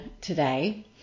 today